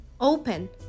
open